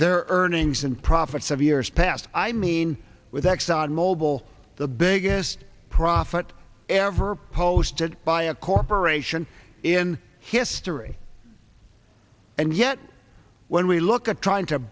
their earnings and profits of years past i mean with exxon mobil the biggest profit ever posted by a corporation in history and yet when we look at trying to